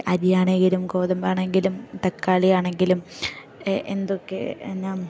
അരിയാണെങ്കിലും ഗോതമ്പാണെങ്കിലും തക്കാളിയാണെങ്കിലും എന്തൊക്കെ എന്നാ